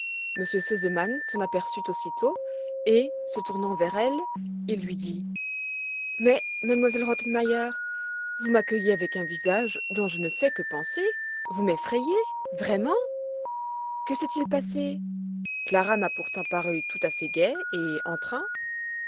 r sesemann s'en aperçut aussitôt et se tournant vers elle il lui dit mais m elle rottenmeier vous m'accueillez avec un visage dont je ne sais que penser vous m'effrayez vraiment que s'est-il passé clara m'a pourtant paru tout à fait gaie et entrain